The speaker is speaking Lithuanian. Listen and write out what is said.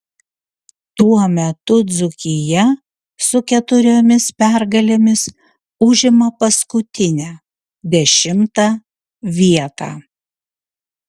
tuo metu dzūkija su keturiomis pergalėmis užima paskutinę dešimtą vietą